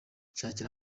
nshakira